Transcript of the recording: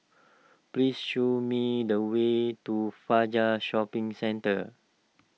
please show me the way to Fajar Shopping Centre